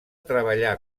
treballà